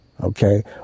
Okay